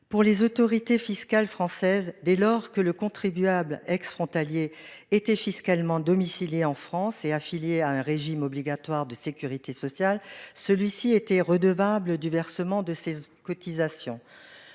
Pour les autorités fiscales françaises dès lors que le contribuable ex-frontalier était fiscalement domiciliée en France est affilié à un régime obligatoire de Sécurité sociale, celui-ci était redevable du versement de ces cotisations